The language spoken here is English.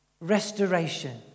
restoration